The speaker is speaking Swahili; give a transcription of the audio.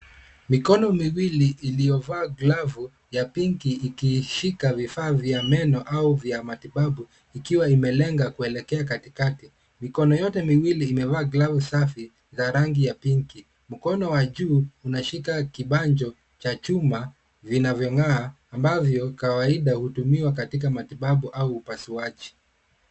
Mikono miwili iliyovaa glavu ya pinki ikiishika vifaa vya meno au vya matibabu ikiwa imelenga kuelekea katikati. Mikono yote miwili imevaa glavu safi ya rangi ya pinki. Mkono wa juu unashika kibanjo cha chuma vinavyong'aa ambavyo kwa kawaida hutumiwa katika matibabu au upasuaji.